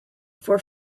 for